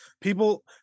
People